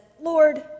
Lord